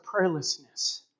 prayerlessness